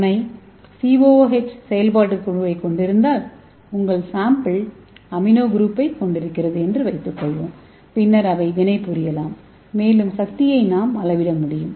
முனை COOH செயல்பாட்டுக் குழுவைக் கொண்டிருந்தால் உங்கள் சாம்பிள் NH2 குழுவைக் கொண்டிருக்கிறது என்று வைத்துக்கொள்வோம் பின்னர் அவை வினைபுரியலாம் மேலும் சக்தியை நாம் அளவிட முடியும்